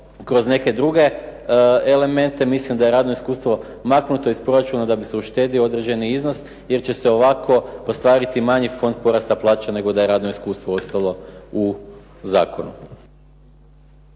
kroz neke druge elemente. Mislim da je radno iskustvo maknuto iz proračuna da bi se uštedio određeni iznos jer će se ovako ostvariti manji fond porasta plaća nego da je radno iskustvo ostalo u zakonu.